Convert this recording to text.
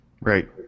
right